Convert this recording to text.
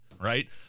right